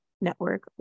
Network